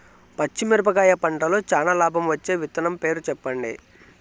పచ్చిమిరపకాయ పంటలో చానా లాభం వచ్చే విత్తనం పేరు చెప్పండి?